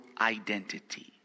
identity